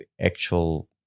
actual